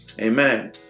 Amen